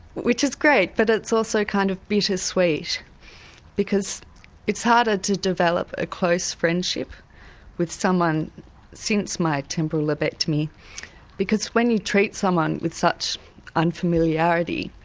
which is great but it's also kind of bitter-sweet because it's harder to develop a close friendship with someone since my temporal lobectomy because when you treat someone with such unfamiliarity,